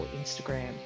Instagram